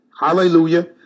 Hallelujah